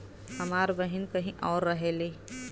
हमार बहिन कहीं और रहेली